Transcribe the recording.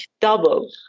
double